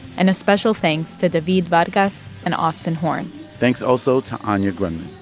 and a special thanks to david vargas and austin horn thanks also to anya grundmann